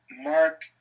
Mark